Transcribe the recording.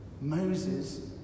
Moses